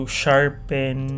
sharpen